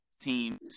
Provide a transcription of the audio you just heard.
teams